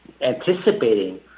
anticipating